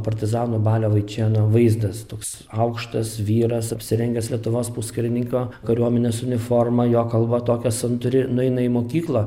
partizano balio vaičėno vaizdas toks aukštas vyras apsirengęs lietuvos puskarininkio kariuomenės uniforma jo kalba tokia santūri nueina į mokyklą